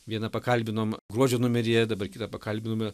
vieną pakalbinom gruodžio numeryje dabar kitą pakalbinome